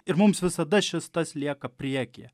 ir mums visada šis tas lieka priekyje